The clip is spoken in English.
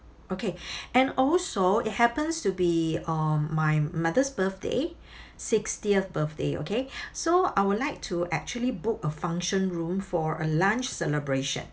okay and also it happens to be uh my mother's birthday sixtieth birthday okay so I would like to actually book a function room for a lunch celebration